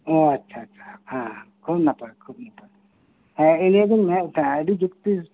ᱚ ᱟᱪᱪᱷᱟ ᱟᱪᱪᱷᱟ ᱦᱮᱸ ᱠᱷᱩᱵ ᱱᱟᱯᱟᱭ ᱠᱷᱩᱵ ᱱᱟᱯᱟᱭ ᱦᱮᱸ ᱱᱤᱭᱟᱹᱜᱤᱧ ᱢᱮᱱᱮᱫ ᱛᱟᱦᱮᱸᱱᱟ ᱟᱹᱰᱤ ᱡᱩᱠᱛᱤ